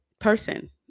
person